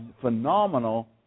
phenomenal